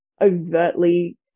overtly